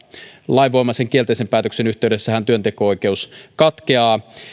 lainvoimaisen kielteisen päätöksen yhteydessähän työnteko oikeus katkeaa